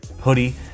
hoodie